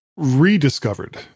rediscovered